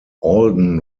alden